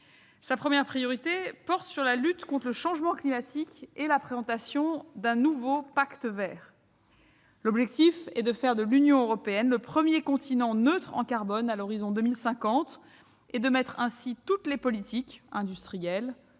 La première d'entre elles porte sur la lutte contre le changement climatique et la présentation d'un nouveau pacte vert. L'objectif est de faire de l'Union européenne le premier continent neutre en carbone à l'horizon 2050 et de mettre toutes les politiques- industrielle,